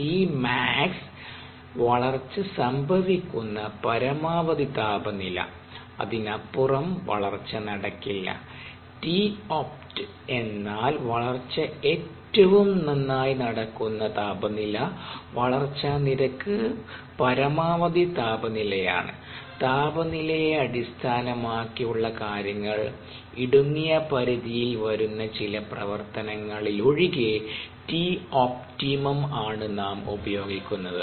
Tmax വളർച്ച സംഭവിക്കുന്ന പരമാവധി താപനില അതിനപ്പുറം വളർച്ച നടക്കില്ല T opt എന്നാൽ വളർച്ച ഏറ്റവും നന്നായി നടക്കുന്ന താപനില വളർച്ചാ നിരക്ക് പരമാവധി താപനില യാണ് താപനില യെ അടിസ്ഥാനമാക്കിയുള്ള കാര്യങ്ങൾ ഇടുങ്ങിയ പരിധിയിൽ വരുന്ന ചില പ്രവർത്തങ്ങളിലൊഴികെ T ഒപ്റ്റിമം ആണ് നാം ഉപയോഗിക്കുന്നത്